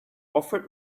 offered